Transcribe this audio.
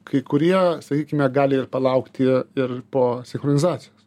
kai kurie sakykime gali ir palaukti ir po sinchronizacijos